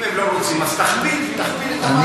אם הם לא רוצים, אז תכפיל את המענק.